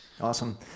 Awesome